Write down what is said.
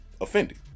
offended